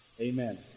Amen